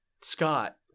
Scott